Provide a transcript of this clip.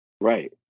Right